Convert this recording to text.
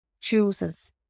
chooses